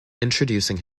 introducing